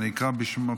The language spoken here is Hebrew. אני אקרא בשמותיהם?